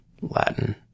Latin